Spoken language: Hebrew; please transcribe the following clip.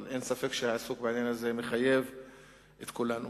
אבל אין ספק שהעיסוק בעניין הזה מחייב את כולנו.